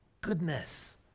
goodness